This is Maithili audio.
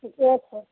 ठीके छै